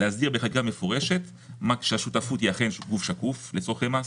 להסדיר בחקיקה מפורשת שהשותפות היא אכן גוף שקוף לצורכי מס,